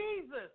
Jesus